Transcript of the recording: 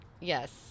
Yes